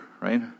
right